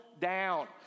down